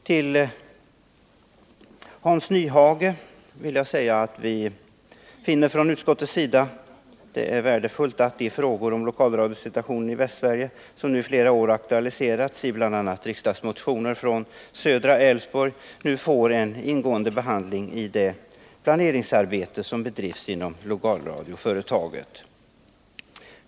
Till Hans Nyhage vill jag säga att vi från utskottets sida finner att det är värdefullt att de frågor om lokalradiosituationen i Västsverige som i flera år aktualiserats i bl.a. riksdagsmotioner från södra Älvsborg nu får en ingående behandling i det planeringsarbete som bedrivs inom lokalradioföretaget.